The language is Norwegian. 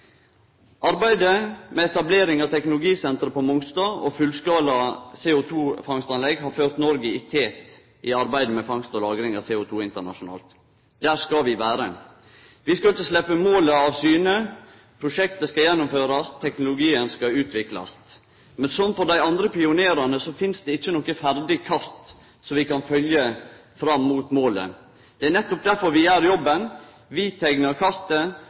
Arbeidet med etablering av teknologisenteret på Mongstad og fullskala CO2-fangstanlegg har ført Noreg i tet i arbeidet med fangst og lagring av CO2 internasjonalt. Der skal vi vere. Vi skal ikkje sleppe målet av syne. Prosjektet skal gjennomførast, og teknologien skal utviklast. Men som for dei andre pionerane finst det ikkje noko ferdig kart som vi kan følgje fram mot målet. Det er nettopp derfor vi gjer jobben. Vi teiknar kartet